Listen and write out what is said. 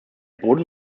boden